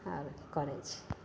आओर करै छै